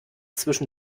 zwischen